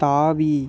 தாவி